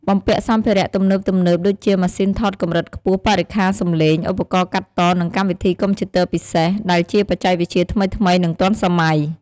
បំពាក់សម្ភារៈទំនើបៗដូចជា ម៉ាស៊ីនថតកម្រិតខ្ពស់ បរិក្ខារសំឡេង ឧបករណ៍កាត់ត និងកម្មវិធីកុំព្យូទ័រពិសេស ដែលជាបច្ចេកវិទ្យាថ្មីៗនិងទាន់សម័យ។